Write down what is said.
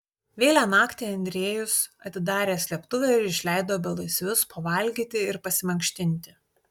vėlią naktį andrejus atidarė slėptuvę ir išleido belaisvius pavalgyti ir pasimankštinti